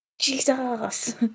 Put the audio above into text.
Jesus